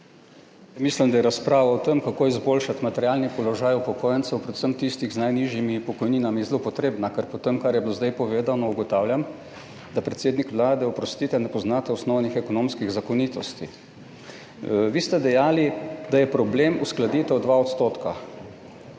Mislim, da je razprava o tem, kako izboljšati materialni položaj upokojencev, predvsem tistih z najnižjimi pokojninami, zelo potrebna. Ker po tem, kar je bilo zdaj povedano, ugotavljam, da predsednik Vlade, oprostite, ne poznate osnovnih ekonomskih zakonitosti. Vi ste dejali, da je problem uskladitev za 2 % ob